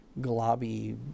globby